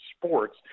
sports